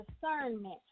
discernment